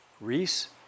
Reese